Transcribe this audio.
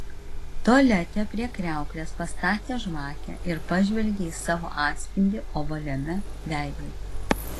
tualete prie kriauklės pastatė žvakę ir pažvelgė į savo atspindį ovaliame veidrodyje